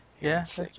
Yes